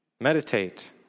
meditate